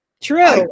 True